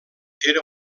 era